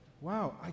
wow